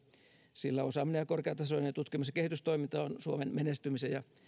sillä osaaminen ja korkeatasoinen tutkimus ja kehitystoiminta on suomen menestymisen ja